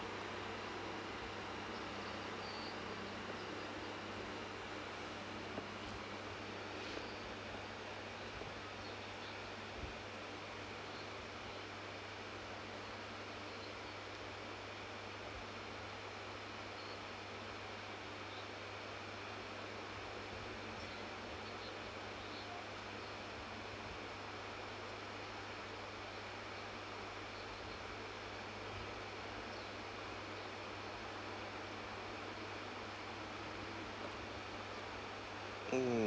mm